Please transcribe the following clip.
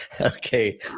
Okay